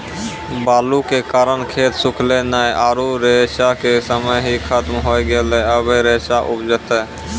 बालू के कारण खेत सुखले नेय आरु रेचा के समय ही खत्म होय गेलै, अबे रेचा उपजते?